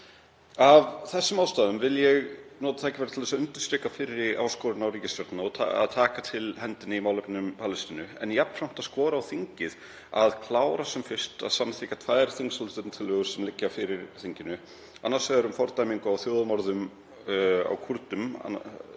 Af þessum ástæðum vil ég nota tækifærið til að undirstrika fyrri áskorun á ríkisstjórnina um að taka til hendinni í málefnum Palestínu en jafnframt að skora á þingið að klára sem fyrst að samþykkja tvær þingsályktunartillögur sem liggja fyrir þinginu, annars vegar um fordæmingu á þjóðarmorðum á Kúrdum